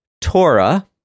Torah